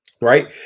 Right